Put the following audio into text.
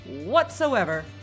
whatsoever